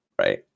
Right